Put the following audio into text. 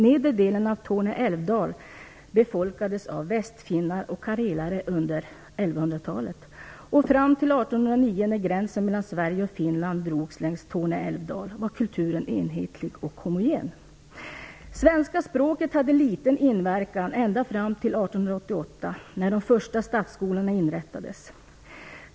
Nedre delen av Torne älvdal befolkades av västfinnar och karelare under 1100-talet. Fram till 1809, när gränsen mellan Sverige och Finland drogs längs Torne älvdal, var kulturen enhetlig och homogen. Svenska språket hade liten inverkan ända fram till 1888, när de första statsskolorna inrättades.